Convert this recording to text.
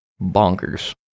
Bonkers